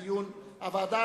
ועדת הכספים.